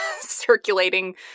circulating